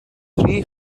tri